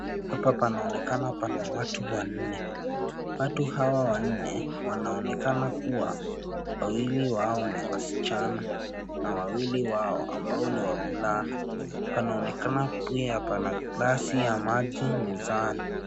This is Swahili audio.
Hapa panaonekana pana watu wanne. Watu hawa wanne wanaonekana kuwa wawili wao ni wasichana, na wawili wao ambao ni wavulana. Panaonekana pia pana glasi ya maji Mezani.